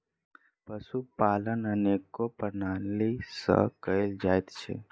पशुपालन अनेको प्रणाली सॅ कयल जाइत छै